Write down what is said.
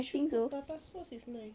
actually tartar sauce is nice